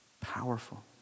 Powerful